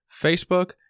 Facebook